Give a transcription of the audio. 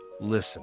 listen